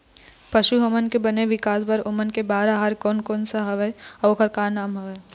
पशु हमन के बने विकास बार ओमन के बार आहार कोन कौन सा हवे अऊ ओकर का नाम हवे?